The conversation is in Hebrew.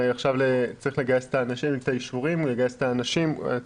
עכשיו צריך את האישורים לגייס את האנשים,